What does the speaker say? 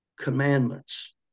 commandments